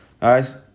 Guys